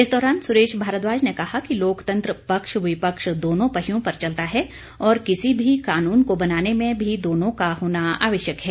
इस दौरान सुरेश भारद्वाज ने कहा कि लोकतंत्र पक्ष विपक्ष दोनों पहियों पर चलता है और किसी भी कानून को बनाने में भी दोनों का होना आवश्यक है